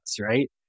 right